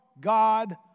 God